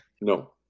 No